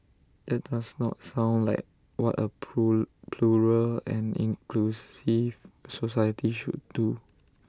that does not sound like what A plural and inclusive society should do